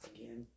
Again